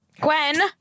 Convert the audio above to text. Gwen